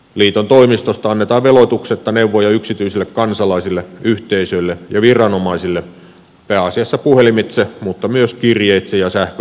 liiton toimistosta annetaan veloituksetta neuvoja yksityisille kansalaisille yhteisöille ja viranomaisille pääasiassa puhelimitse mutta myös kirjeitse ja sähköpostitse